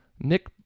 nick